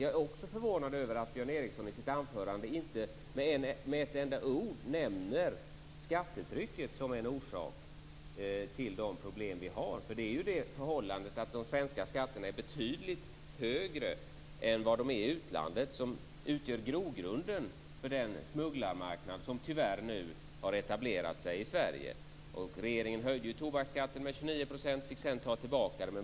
Jag är också förvånad över att Björn Ericson i sitt anförande inte med ett ord nämner skattetrycket som en orsak till de problem vi har. Det är ju det förhållandet att de svenska skatterna är betydligt högre än skatterna i utlandet som utgör grogrunden för den smuggelmarknad som tyvärr nu har etablerat sig i Sverige. Regeringen höjde ju tobaksskatten med 29 % och fick sedan ta tillbaka det.